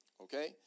Okay